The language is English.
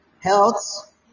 health